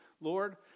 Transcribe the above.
Lord